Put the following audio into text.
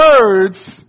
words